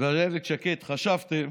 ואילת שקד חשבתם